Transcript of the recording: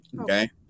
Okay